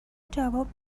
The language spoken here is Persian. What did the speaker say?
جواب